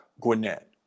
Gwinnett